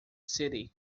city